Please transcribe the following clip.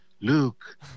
Luke